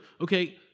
Okay